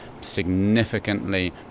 significantly